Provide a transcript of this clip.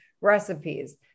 recipes